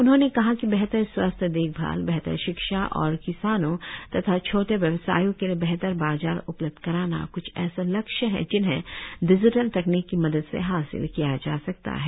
उन्होंने कहा कि बेहतर स्वास्थ्य देखभाल बेहतर शिक्षा और किसानों तथा छोटे व्यवसाइयों के लिए बेहतर बाजार उपलब्ध कराना कृछ ऐसे लक्ष्य हैं जिन्हें डिजिटल तकनीक की मदद से हासिल किया जा सकता है